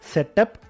Setup